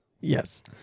yes